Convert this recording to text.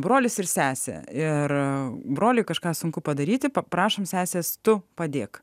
brolis ir sesė ir broliui kažką sunku padaryti paprašant sesės tu padėk